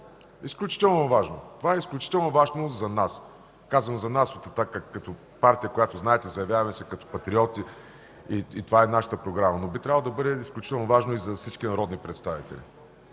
безразборно. Това е изключително важно за нас, казвам „за нас” от „Атака” като партия, която знаете, че се заявяваме като патриоти. Такава е нашата програма. Това обаче би трябвало да бъде изключително важно и за всички народни представители.